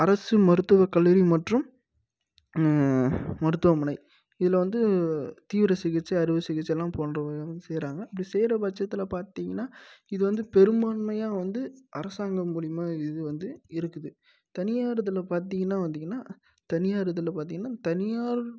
அரசு மருத்துவ கல்லூரி மற்றும் மருத்துவமனை இதில் வந்து தீவிர சிகிச்சை அறுவை சிகிச்சையெலாம் போன்ற எல்லாம் செய்கிறாங்க அப்படி செய்கிற பட்சத்தில் பார்த்திங்கனா இது வந்து பெரும்பான்மையாக வந்து அரசாங்கம் மூலயமா இது வந்து இருக்குது தனியார் இதில் பார்த்திங்கனா வந்திங்கனால் தனியார் இதில் பார்த்திங்கனா தனியார்